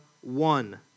one